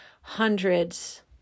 hundreds